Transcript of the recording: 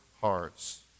hearts